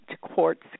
quartz